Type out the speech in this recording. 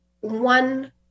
one